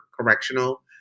Correctional